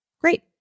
Great